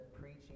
preaching